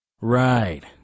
Right